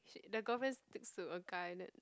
the girlfriend sticks to a guy that